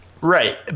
Right